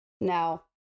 Now